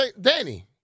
Danny